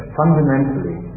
fundamentally